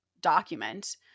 document